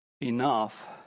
enough